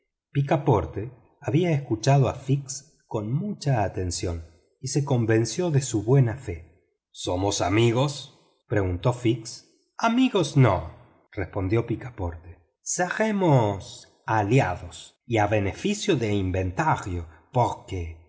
picaporte había escuchado a fix con mucha atención y se convenció de su buena fe somos amigos preguntó fix amigos no respondió picaporte seremos aliados y a beneficio de inventario porque